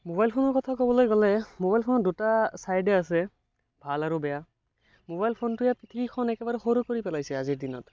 mobile ফোনৰ কথা ক'বলৈ গ'লে মোবাইল ফোনৰ দুটা ছাইদে আছে ভাল আৰু বেয়া মোবাইল ফোনটোৱে পৃথিৱীখন একেবাৰে সৰু কৰি পেলাইছে আজিৰ দিনত